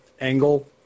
angle